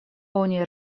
oni